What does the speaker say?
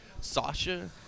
Sasha –